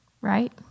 right